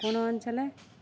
কোনো অঞ্চলে